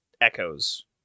Echoes